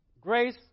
Grace